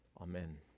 Amen